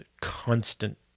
constant